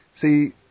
see